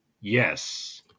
Yes